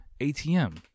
ATM